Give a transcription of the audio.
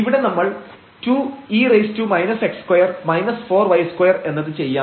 ഇവിടെ നമ്മൾ 2 e എന്നത് ചെയ്യാം